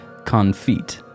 confit